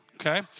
okay